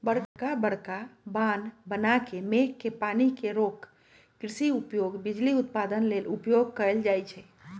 बरका बरका बांह बना के मेघ के पानी के रोक कृषि उपयोग, बिजली उत्पादन लेल उपयोग कएल जाइ छइ